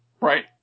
Right